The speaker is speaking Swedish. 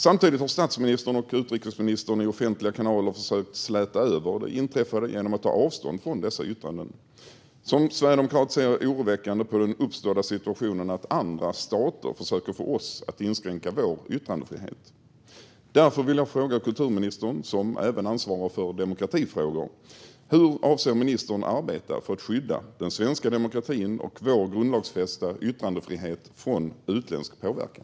Samtidigt har statsministern och utrikesministern i offentliga kanaler försökt släta över det inträffade genom att ta avstånd från dessa yttranden. Som sverigedemokrat ser jag med oro på den uppkomna situationen att andra stater försöker få oss att inskränka vår yttrandefrihet. Därför vill jag fråga kulturministern, som även ansvarar för demokratifrågor: Hur avser ministern att arbeta för att skydda den svenska demokratin och vår grundlagsfästa yttrandefrihet från utländsk påverkan?